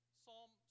psalm